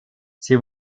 sie